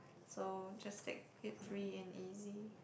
so just take it free and easy